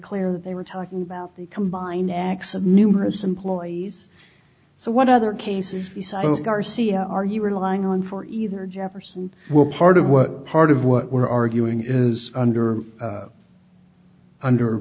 clear that they were talking about the combined acts of numerous employees so what other cases besides garcia are you relying on for either jefferson what part of what part of what we're arguing is under under